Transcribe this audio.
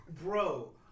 Bro